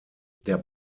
der